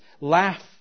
laugh